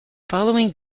following